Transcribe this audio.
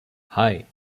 hei